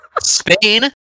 Spain